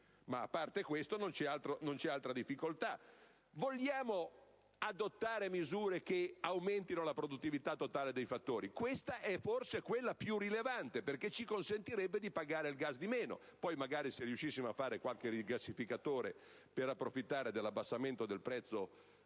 ma, a parte questo, non c'è altra difficoltà. Vogliamo adottare misure che aumentino la produttività totale dei fattori? Questa è forse quella più rilevante, perché ci consentirebbe di pagare di meno il gas; poi, magari, se riuscissimo a fare qualche rigassificatore per approfittare dell'abbassamento del prezzo